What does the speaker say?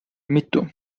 mitu